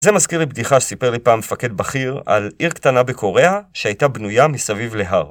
זה מזכיר לי בדיחה שסיפר לי פעם מפקד בכיר על עיר קטנה בקוריאה שהייתה בנויה מסביב להר.